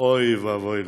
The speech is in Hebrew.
אוי ואבוי לך,